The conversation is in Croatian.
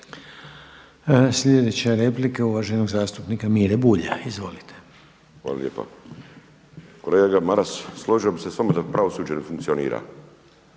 Sljedeća replika je uvaženog zastupnika Mire Bulja. Izvolite. **Bulj, Miro (MOST)** Hvala lijepa. Kolega Maras, složio bih se s vama da pravosuđe ne funkcionira.